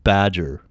Badger